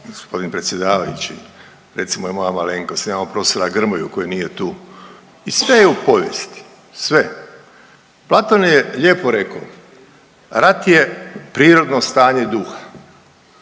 mene, g. predsjedavajući, recimo i moja malenkost, imamo profesora Grmoju koji nije tu i sve je u povijesti, sve. Platon je lijepo rekao rat je prirodno stanje duha,